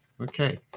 Okay